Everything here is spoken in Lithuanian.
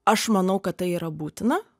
aš manau kad tai yra būtina